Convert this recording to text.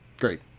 Great